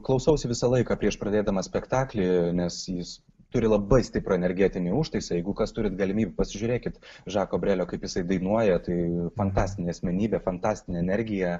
klausausi visą laiką prieš pradėdamas spektaklį nes jis turi labai stiprų energetinį užtaisą jeigu kas turite galimybę pasižiūrėkit žako brelio kaip jisai dainuoja tai fantastinė asmenybė fantastinė energija